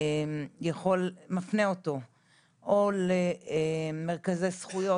מפנה אותו או למרכזי זכויות,